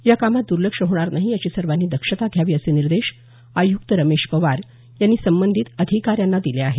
या कामात दुर्लक्ष होणार नाही याची सर्वांनी दक्षता घ्यावा असे निर्देश आयुक्त रमेश पवार यांनी संबंधित अधिकाऱ्यांना दिले आहेत